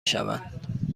شوند